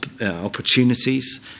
Opportunities